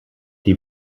die